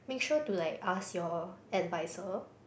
make sure to like ask your advisor